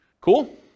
Cool